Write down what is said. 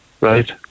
right